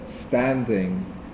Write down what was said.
standing